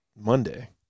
Monday